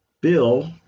bill